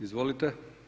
Izvolite.